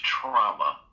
trauma